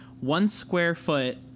one-square-foot